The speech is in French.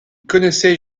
connaissaient